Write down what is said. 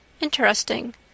Interesting